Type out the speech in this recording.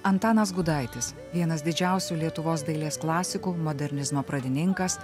antanas gudaitis vienas didžiausių lietuvos dailės klasikų modernizmo pradininkas